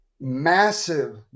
massive